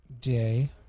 day